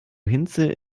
hinze